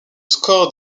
score